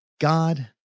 God